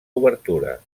obertura